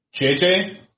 JJ